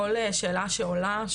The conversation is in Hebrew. כל שאלה מעולה,